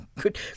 Good